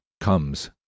comes